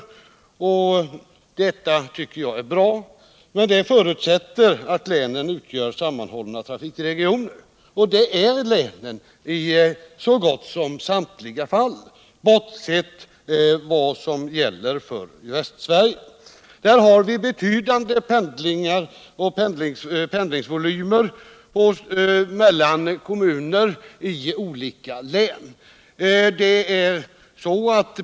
Detta tycker jag är bra, men det förutsätter att länen är sammanhållna trafikregioner. Och det är länen också i så gott som samtliga fall, bortsett från i Västsverige, där vi har betydande pendlingsvolymer mellan kommuner i olika län.